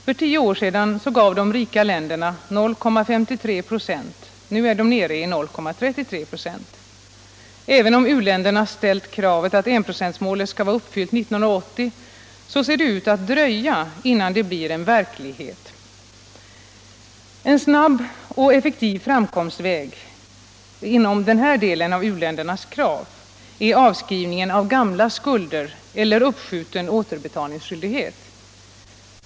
För tio år sedan gav de rika länderna 0,53 96, nu är de nere i 0,33 96. Även om u-länderna ställt kravet att enprocentsmålet skall vara uppfyllt 1980 ser det ut att dröja innan det blir en verklighet. En snabb och effektiv framkomstväg för den här delen av u-ländernas krav är avskrivningen av gamla skulder eller uppskjuten återbetalningsskyldighet.